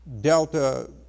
Delta